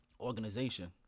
organization